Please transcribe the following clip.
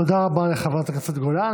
תודה רבה לחברת הכנסת גולן.